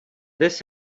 this